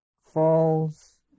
falls